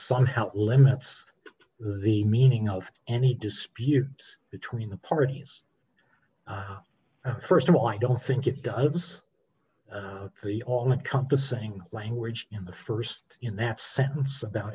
somehow limits the meaning of any dispute between the parties first of all i don't think it does the all encompassing language in the st in that sense about